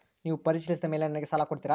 ನೇವು ಪರಿಶೇಲಿಸಿದ ಮೇಲೆ ಸಾಲ ಕೊಡ್ತೇರಾ?